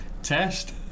Test